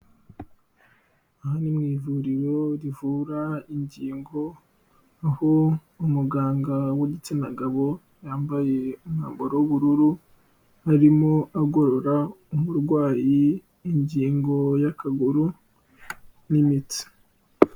Aha ni mu ivuriro rivura ingingo, aho umuganga w'igitsina gabo yambaye umwambaro w'ubururu, arimo agorora umurwayi ingingo y'akaguru n'imitsi.